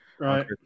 right